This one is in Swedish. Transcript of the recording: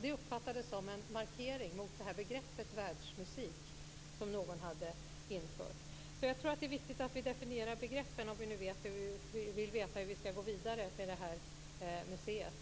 Det uppfattades som en markering mot begreppet världsmusik, som någon hade infört. Jag tror att det är viktigt att vi definierar begreppen om vi vill veta hur vi skall gå vidare med detta museum.